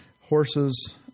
horses